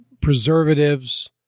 preservatives